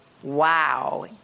Wow